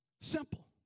Simple